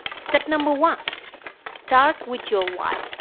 step number one start with your why